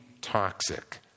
toxic